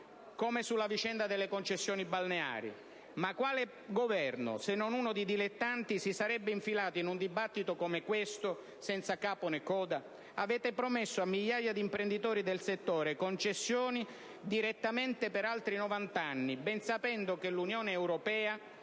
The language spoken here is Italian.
come sulla vicenda delle concessioni balneari; ma quale Governo, se non uno di dilettanti, si sarebbe infilato in un dibattito come questo, senza capo né coda? Avete promesso a migliaia di imprenditori del settore concessioni per altri 90 anni, ben sapendo che l'Unione europea